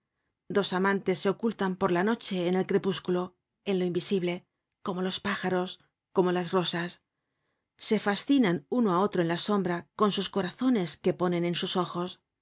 dos amantes se ocultan por la noche en el crepúsculo en lo invisible como los pájaros como las rosas se fascinan uno á otro en la sombra con sus corazones que ponen en su ojos